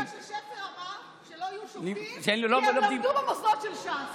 זה בגלל ששפר אמר שלא יהיו שופטים כי הם למדו במוסדות של ש"ס.